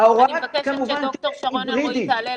אני מבקשת שד"ר שרון אלרעי תעלה לזום,